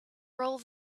roll